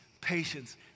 patience